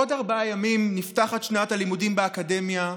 עוד ארבעה ימים נפתחת שנת הלימודים באקדמיה,